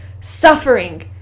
suffering